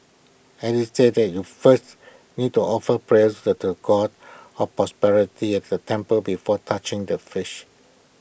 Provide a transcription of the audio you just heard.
alice said you first need to offer prayers to the God of prosperity at the temple before touching the fish